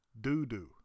Doodoo